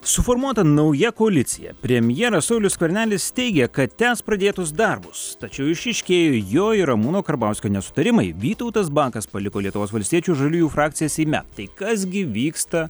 suformuota nauja koalicija premjeras saulius skvernelis teigia kad tęs pradėtus darbus tačiau išryškėjo jo ir ramūno karbauskio nesutarimai vytautas bakas paliko lietuvos valstiečių ir žaliųjų frakciją seime tai kas gi vyksta